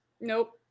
Nope